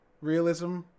realism